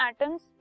atoms